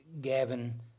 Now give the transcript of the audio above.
Gavin